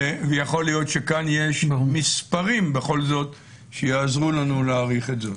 ויכול להיות שכאן יש מספרים בכל זאת שיעזרו לנו להעריך את זה.